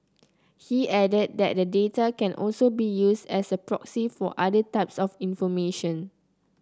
he added that the data can also be used as a proxy for other types of information